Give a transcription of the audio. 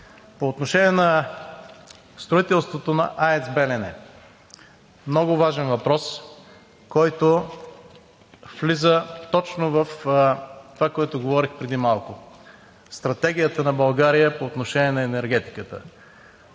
По отношение на строителството на АЕЦ „Белене“ – много важен въпрос, който влиза точно в това, което говорих преди малко: стратегията на България по отношение на енергетиката.